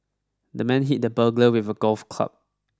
the man hit the burglar with a golf club